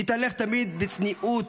התהלך תמיד בצניעות,